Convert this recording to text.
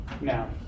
Now